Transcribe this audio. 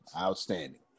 outstanding